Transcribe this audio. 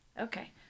Okay